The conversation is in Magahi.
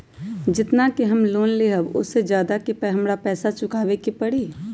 जेतना के हम लोन लेबई ओ से ज्यादा के हमरा पैसा चुकाबे के परी?